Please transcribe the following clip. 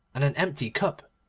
and an empty cup,